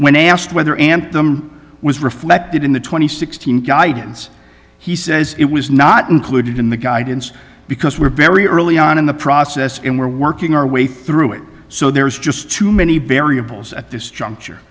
question when asked whether and was reflected in the twenty sixteen guidance he says it was not included in the guidance because we're very early on in the process and we're working our way through it so there is just too many variables at this juncture